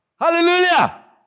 Hallelujah